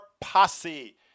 Posse